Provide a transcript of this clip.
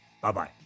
Bye-bye